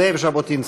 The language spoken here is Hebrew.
זאב ז'בוטינסקי.